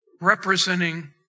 representing